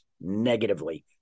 negatively